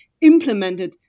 implemented